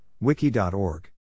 wiki.org